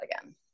again